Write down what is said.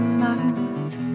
mouth